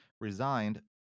resigned